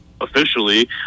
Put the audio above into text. officially